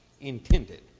intended